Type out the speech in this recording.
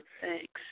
Thanks